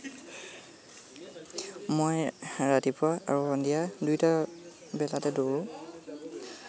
মই ৰাতিপুৱা আৰু সন্ধিয়া দুইটা বেলাতে দৌৰোঁ